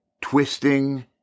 twisting